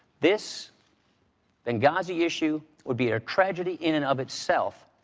this benghazi issue would be a tragedy in and of itself.